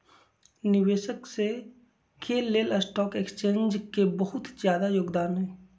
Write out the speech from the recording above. निवेशक स के लेल स्टॉक एक्सचेन्ज के बहुत जादा योगदान हई